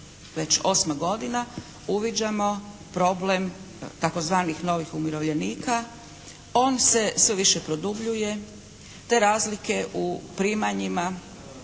već 8. godina uviđamo problem tzv. novih umirovljenika. On se sve više produbljuje te razlike u primanjima